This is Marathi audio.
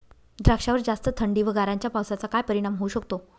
द्राक्षावर जास्त थंडी व गारांच्या पावसाचा काय परिणाम होऊ शकतो?